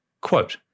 Quote